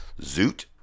Zoot